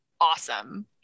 awesome